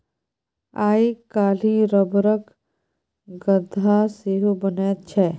आइ काल्हि रबरक गद्दा सेहो बनैत छै